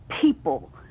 people